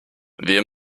wir